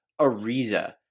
Ariza